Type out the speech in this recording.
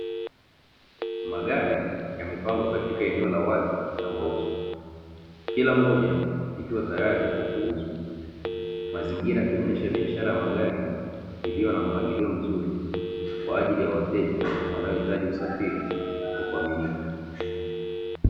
Magari yamepangwa katika eneo la wazi la mauzo, kila moja likiwa tayar kwa kuuzwa. Mazingira yakionesha biashara ya magari iliyo na mpangilio mzuri kwaajili ya wateja wanaohitaji usafiri wa kuaminika.